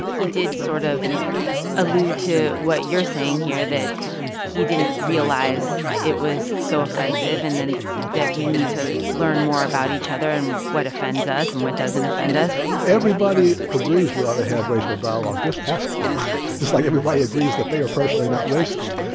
he did sort of allude to what you're saying here that he didn't realize it was so offensive and that we need to learn more about each other and what offends us and what doesn't offend us everybody agrees we ought to have racial dialogue just ask them just like everybody agrees that they are personally not racist.